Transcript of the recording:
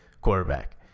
quarterback